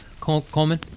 Coleman